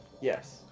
Yes